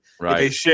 Right